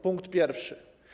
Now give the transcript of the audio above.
Punkt pierwszy.